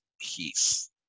peace